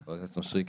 משריקי.